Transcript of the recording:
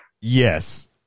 Yes